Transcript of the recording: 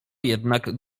jednak